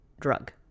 drug